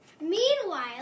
Meanwhile